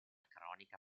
cronica